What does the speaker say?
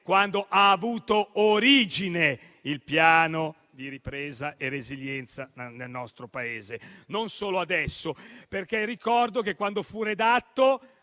quando ha avuto origine il Piano di ripresa e resilienza nel nostro Paese, non solo adesso. Ricordo, infatti, che quando fu redatto